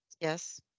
Yes